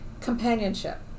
Companionship